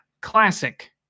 Classic